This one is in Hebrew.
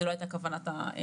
זו לא הייתה כוונת החוק.